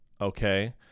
Okay